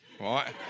right